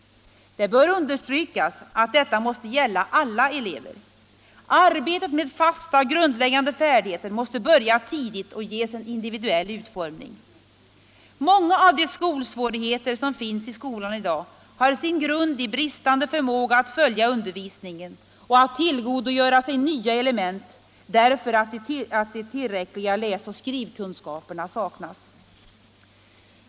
Det bör understrykas att detta måsta gälla alla elever. Arbetet med fasta och grundläggande färdigheter måste börja tidigt och ges en individuell utformning. Många av de skolsvårigheter som finns i skolan i dag har sin grund i bristande förmåga att följa undervisningen och tillgodogöra sig nya element därför att de tillräckliga läsoch skrivkunskaperna saknas.